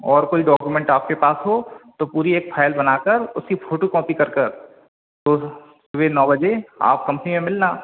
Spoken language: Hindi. और कोई डॉक्यूमेंट आपके पास हो तो पूरी एक फाइल बना कर उसकी फोटूकॉपी कर कर तो सुबह नौ बजे आप कंपनी में मिलना